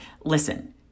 listen